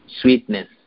sweetness